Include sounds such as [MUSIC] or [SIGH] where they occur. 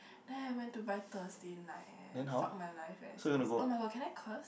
[BREATH] then I went to buy Thursday night eh fuck my life eh seriously [oh]-my-god can I curse